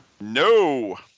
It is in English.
No